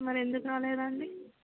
మరెందుకు రాలేదండి